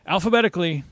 Alphabetically